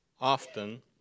often